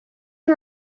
who